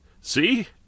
See